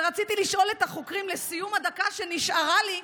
רציתי לשאול את החוקרים, לסיום הדקה שנשארה לי,